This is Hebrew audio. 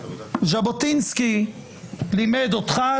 ז'בוטינסקי לימד אותך,